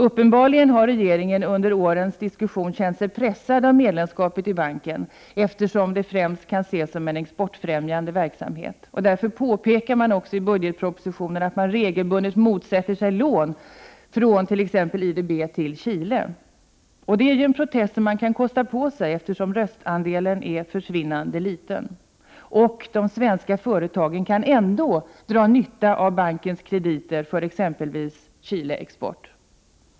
Uppenbarligen har regeringen under årens diskussion känt sig pressad av medlemskapet i banken, eftersom det främst kan ses som en exportfrämjande verksamhet. Därför påpekar regeringen i budgetpropositionen att den regelbundet motsätter sig lån från IDB till t.ex. Chile. Det är ju en protest som regeringen kan kosta på sig, eftersom röstandelen är försvinnande liten. De svenska företagen kan ändå dra nytta av bankens krediter för exempelvis Chileexport.